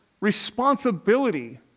responsibility